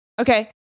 Okay